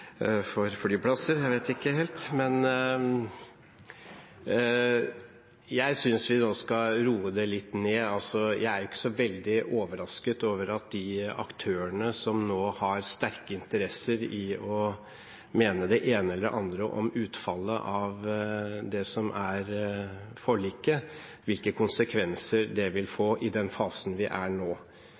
for flyplasser, jeg vet ikke helt. Jeg synes vi nå skal roe det litt ned. Jeg er ikke så veldig overrasket over at det er aktører som nå har sterke interesser i å mene det ene eller det andre om utfallet av det som er forliket, og hvilke konsekvenser det vil få i den fasen vi er i nå.